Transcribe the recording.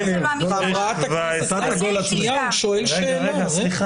חברת הכנסת שנייה הוא שואל שאלה.